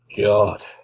God